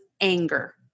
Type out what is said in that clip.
anger